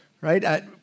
right